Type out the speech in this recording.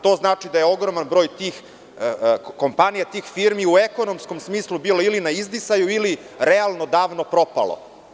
To znači da je ogroman broj tih kompanija, tih firmi u ekonomskom smislu bilo ili na izdisaju ili davno propalo.